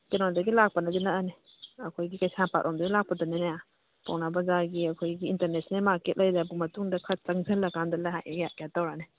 ꯀꯩꯅꯣꯗꯒꯤ ꯂꯥꯛꯄꯅꯗꯤ ꯅꯛꯑꯅꯤ ꯑꯩꯈꯣꯏꯒꯤ ꯀꯩꯁꯥꯝꯄꯥꯠ ꯂꯣꯝꯗꯒꯤ ꯂꯥꯛꯄꯗꯅꯅꯦ ꯄꯥꯎꯅꯥ ꯕꯖꯥꯔꯒꯤ ꯑꯩꯈꯣꯏꯒꯤ ꯏꯟꯇꯔꯅꯦꯁꯅꯦꯜ ꯃꯥꯔꯀꯦꯠ ꯂꯩꯔꯕ ꯃꯇꯨꯡꯗ ꯈꯔ ꯆꯪꯁꯤꯜꯂ ꯀꯥꯟꯗ ꯂꯥꯛꯑꯦ ꯀꯩꯅꯣ ꯇꯧꯔꯅꯤ